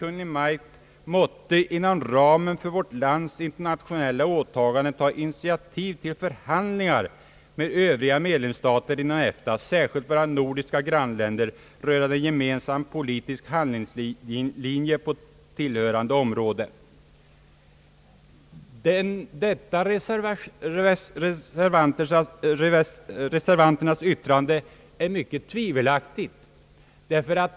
Maj:t måtte — inom ramen för vårt lands internationella åtaganden — ta initiativ till förhandlingar med övriga medlemsstater inom EFTA, särskilt våra nordiska grannländer, rörande en gemensam politisk handlingslinje på hithörande område». Detta yrkande av reservanterna är mycket tvivelaktigt.